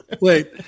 Wait